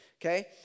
Okay